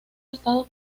estados